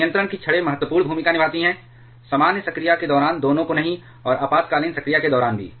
तो नियंत्रण की छड़ें महत्वपूर्ण भूमिका निभाती हैं सामान्य संक्रिया के दौरान दोनों को नहीं और आपातकालीन संक्रिया के दौरान भी